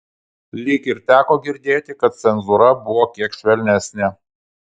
lyg ir teko girdėti kad cenzūra buvo kiek švelnesnė